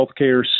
healthcare